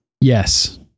Yes